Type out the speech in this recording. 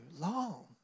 long